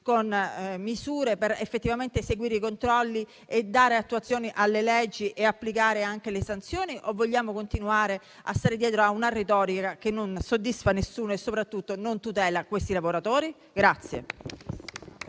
con misure per eseguire effettivamente i controlli e dare attuazione alle leggi e applicare anche le sanzioni, o vogliamo continuare a stare dietro a una retorica che non soddisfa nessuno e soprattutto non tutela questi lavoratori?